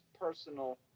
personal